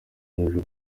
hejuru